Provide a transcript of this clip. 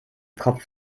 kopf